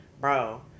bro